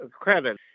credit